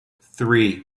three